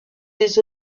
des